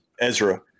Ezra